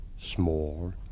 small